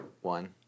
One